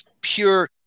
pure